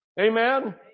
Amen